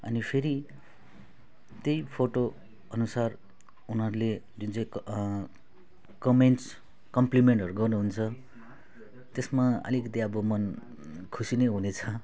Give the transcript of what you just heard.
अनि फेरि त्यही फोटो अनुसार उनीहरूले जुन चाहिँ कमेन्ट्स कम्प्लिमेन्टहरू गर्नु हुन्छ त्यसमा अलिकति अब मन खुसी नै हुनेछ